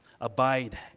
Abide